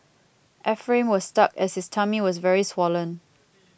Ephraim was stuck as his tummy was very swollen